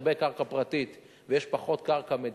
הרבה קרקע פרטית ויש פחות קרקע של המדינה,